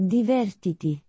Divertiti